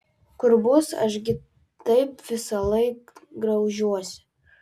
kur bus aš gi taip visąlaik graužiuosi